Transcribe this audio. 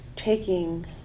taking